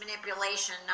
manipulation